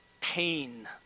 pain